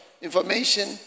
Information